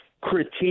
critique